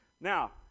Now